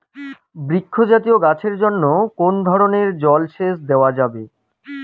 বৃক্ষ জাতীয় গাছের জন্য কোন ধরণের জল সেচ দেওয়া যাবে?